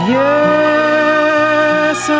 yes